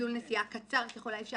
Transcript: מסלול נסיעה קצר ככל האפשר"